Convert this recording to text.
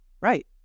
Right